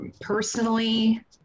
personally